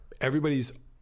Everybody's